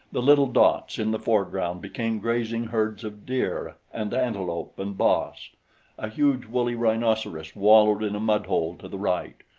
the little dots in the foreground became grazing herds of deer and antelope and bos a huge woolly rhinoceros wallowed in a mudhole to the right,